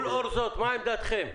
ולאור זאת, מה עמדתכם?